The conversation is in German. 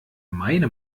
meine